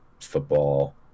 football